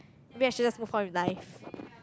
maybe I should just move on with life